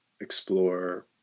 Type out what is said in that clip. explore